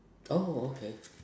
oh okay